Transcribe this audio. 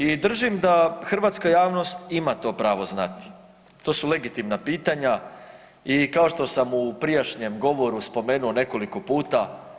I držim da hrvatska javnost ima to pravo znati, to su legitimna pitanja i kao što sam u prijašnjem govoru spomenuo nekoliko puta.